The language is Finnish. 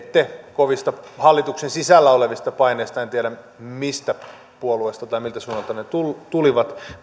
kovista hallituksen sisällä olevista paineista huolimatta en tiedä mistä puolueesta tai miltä suunnalta ne tulivat